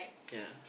yeah